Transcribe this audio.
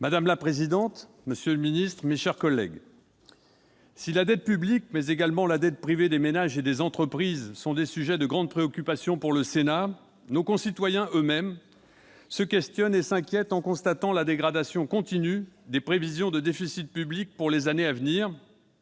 Madame la présidente, monsieur le secrétaire d'État, mes chers collègues, si la dette publique et la dette privée, des ménages et des entreprises, sont des sujets de grande préoccupation pour le Sénat, nos concitoyens eux-mêmes s'interrogent et s'inquiètent en constatant la dégradation continue des prévisions de déficit public pour les années à venir